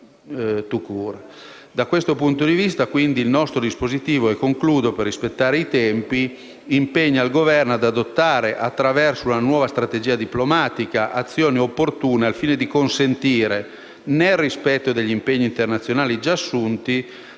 Da questo punto di vista, il nostro dispositivo - mi avvio alla conclusione per rispettare i tempi - impegna il Governo ad adottare, attraverso la nuova strategia diplomatica, azioni opportune al fine di consentire, nel rispetto degli impegni internazionali già assunti,